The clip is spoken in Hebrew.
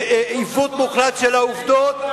עיוות מוחלט של העובדות,